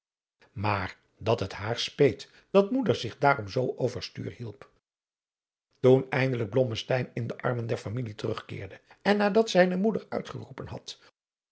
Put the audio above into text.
maar dat het haar speet dat moeder zich daarom zoo over stuur hielp toen eindelijk blommesteyn in de armen der familie terugkeerde en nadat zijne moeder uitgeroepen had